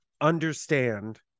understand